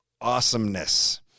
awesomeness